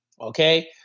okay